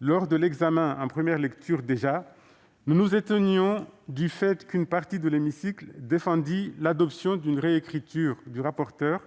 lors de l'examen du texte en première lecture, nous nous étonnions qu'une partie de l'hémicycle défendît l'adoption d'une réécriture du rapporteur